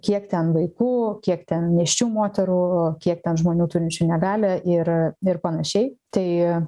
kiek ten vaikų kiek ten nėščių moterų kiek ten žmonių turinčių negalią ir ir panašiai tai